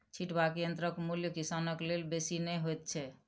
छिटबाक यंत्रक मूल्य किसानक लेल बेसी नै होइत छै